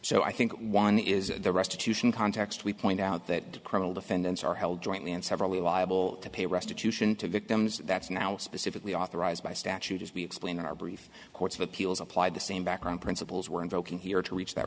so i think one is the restitution context we point out that criminal defendants are held jointly and severally liable to pay restitution to victims that's now specifically authorized by statute as we explain our brief courts of appeals apply the same background principles were invoking here to reach that